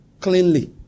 cleanly